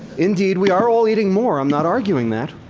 indeed, we are all eating more. i'm not arguing that.